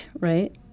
right